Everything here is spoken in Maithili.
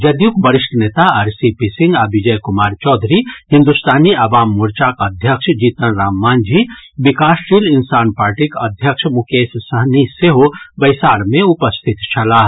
जदयूक वरिष्ठ नेता आर सी पी सिंह आ विजय कुमार चौधरी हिंदुस्तानी अवाम मोर्चाक अध्यक्ष जीतन राम माझी विकासशील इंसान पार्टीक अध्यक्ष मुकेश सहनी सेहो बैसार मे उपस्थित छलाह